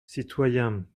citoyen